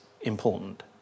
important